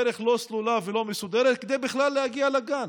דרך לא סלולה ולא מסודרת, כדי בכלל להגיע לגן.